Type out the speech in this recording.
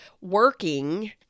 working